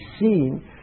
seen